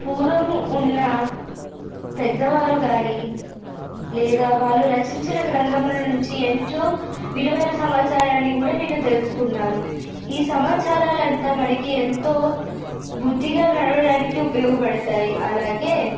పూర్వం ఉన్న పెద్దవారు కానీ లేదా వాళ్ళు రచించిన గ్రంథాల నుంచి ఇంట్లో విలువైన సమాచారాన్ని కూడా నేను తెలుసుకున్నాను ఈ సమాచారాలు అంతా మనకి ఎంతో బుద్ధిగా నడవడానికి ఉపయోగపడతాయి అలాగే